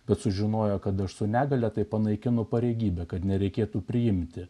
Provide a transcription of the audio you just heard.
bet sužinojo kad aš su negalia taip panaikinu pareigybę kad nereikėtų priimti